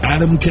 Adam